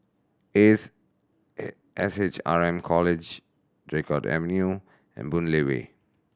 Ace S H R M College Draycott Evernew and Boon Lay Way